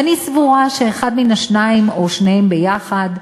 ואני סבורה שאחד מן השניים, או שניהם ביחד: